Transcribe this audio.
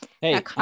hey